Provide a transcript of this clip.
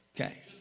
Okay